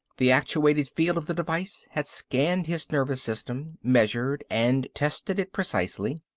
the actuated field of the device had scanned his nervous system, measured and tested it precisely.